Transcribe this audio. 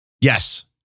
Yes